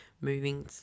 moving